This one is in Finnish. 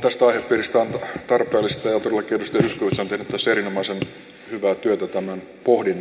tästä aihepiiristä on tarpeellista ja todellakin edustaja zyskowicz on tehnyt tässä erinomaisen hyvää työtä tämän pohdinnan aikaansaamisessa